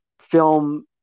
film